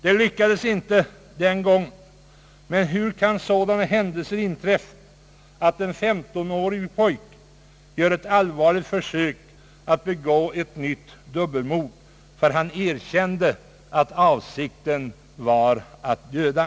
Det lyckades inte den gången. Men hur kan sådana händelser inträffa som att en 15 års pojke gör ett allvarligt försök att begå ett dubbelmord? Han erkände att avsikten var att döda.